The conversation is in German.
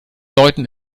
läuten